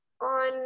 on